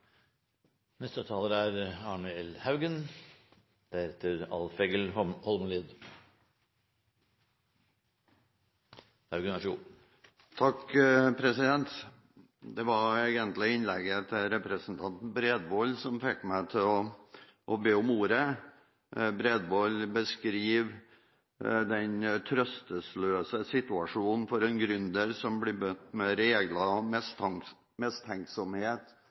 Det var egentlig innlegget til representanten Bredvold som fikk meg til å be om ordet. Bredvold beskriver den trøstesløse situasjonen for en gründer som blir møtt med regler,